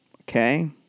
Okay